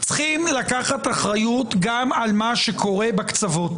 צריכים לקחת אחריות גם על מה שקורה בקצוות.